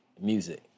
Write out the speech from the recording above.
music